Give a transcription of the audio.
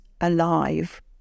alive